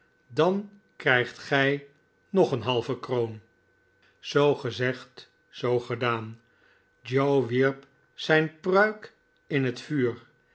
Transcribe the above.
dan krijgt gij nog een halve kroon zoo gezegd zoo gedaan joe wierp zijn pruik in het vuur